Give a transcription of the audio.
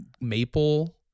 Maple